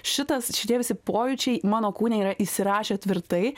šitas šitie visi pojūčiai mano kūne yra įsirašę tvirtai